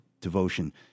devotion